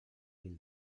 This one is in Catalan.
mil